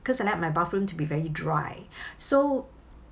cause I like my bathroom to be very dry so